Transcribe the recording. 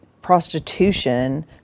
prostitution